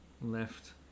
left